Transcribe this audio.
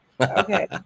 okay